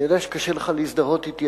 אני יודע שקשה לך להזדהות אתי,